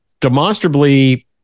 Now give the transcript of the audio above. demonstrably